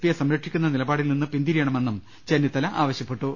പിയെ സംരക്ഷിക്കുന്ന നിലപാ ടിൽ നിന്ന് പിൻതിരിയണമെന്നും ചെന്നിത്തല ആവശ്യപ്പെട്ടു